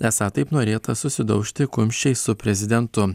esą taip norėta susidaužti kumščiais su prezidentu